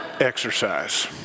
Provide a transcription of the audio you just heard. exercise